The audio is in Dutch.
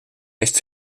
heeft